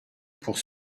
pour